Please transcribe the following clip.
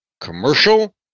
commercial